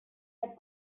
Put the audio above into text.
had